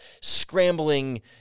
scrambling